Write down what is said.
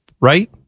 Right